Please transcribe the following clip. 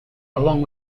along